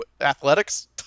athletics